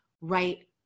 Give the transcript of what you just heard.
right